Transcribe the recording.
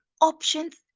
options